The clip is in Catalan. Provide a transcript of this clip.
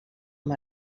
amb